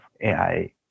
ai